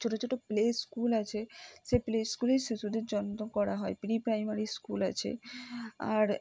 ছোটো ছোটো play school আছে সে প্লে স্কুলেই শিশুদের যত্ন করা হয় প্রি প্রাইমারি স্কুল আছে আর